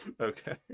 okay